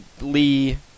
Lee